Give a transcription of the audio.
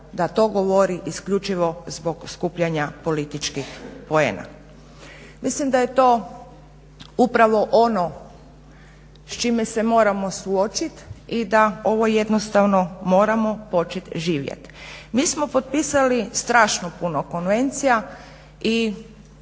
da to govori isključivo zbog skupljanja političkih poena. Mislim da je to upravo ono s čime se moramo suočit i da ovo jednostavno moramo počet živjet. Mi smo potpisali strašno puno konvencija i